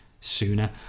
sooner